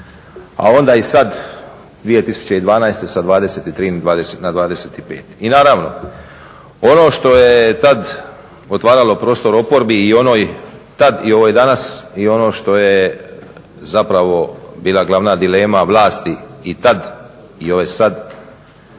a onda i sad 2012. sa 23 na 25%. I naravno, ono što je tad otvaralo prostor oporbi i onoj tad i ovoj danas i ono što je zapravo bila glavna dilema vlasti i tad i ove sad